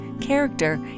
character